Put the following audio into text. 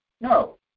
No